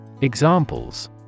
Examples